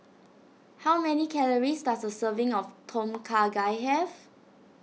how many calories does a serving of Tom Kha Gai have